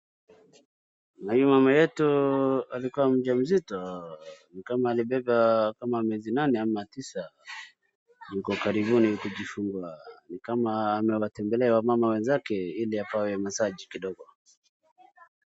Na hii mama yetu alikua mjamzito ni kama alibeba kama miezi nane ama tisa yuko karibuni kujifungua ni kama amewatembelea wamama wenzake ili apewe massage kidogo.